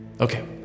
Okay